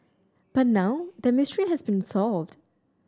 but now that mystery has been solved